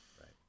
Right